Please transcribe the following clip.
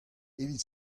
evit